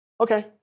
okay